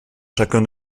chacun